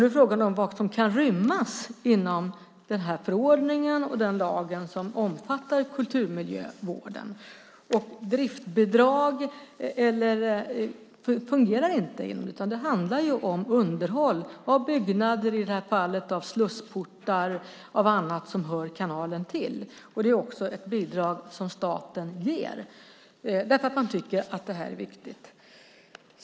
Då är frågan vad som kan rymmas inom den här förordningen och den lag som omfattar kulturmiljövården. Driftsbidrag fungerar inte, utan det handlar om underhåll, av byggnader i det här fallet, av slussportar och av annat som hör kanalen till. Det är också ett bidrag som staten ger därför att man tycker att det här är viktigt.